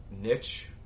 niche